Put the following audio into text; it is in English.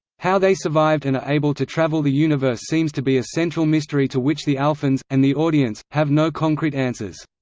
how they survived and are able to travel the universe seems to be a central mystery to which the alphans, and the audience, have no concrete answers.